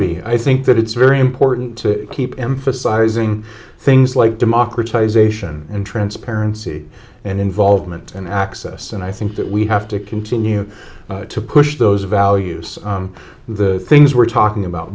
be i think that it's very important to keep emphasizing things like democratization and transparency and involvement and access and i think that we have to continue to push those values on the things we're talking about